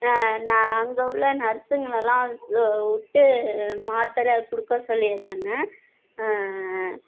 நான் அங்கே உள்ள நர்ஸுங்களலாம் சு விட்டு மாத்தரை கொடுக்க சொல்லிடறாங்க